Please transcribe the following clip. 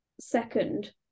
second